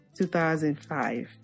2005